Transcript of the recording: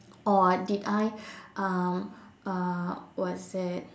or did I um uh what's that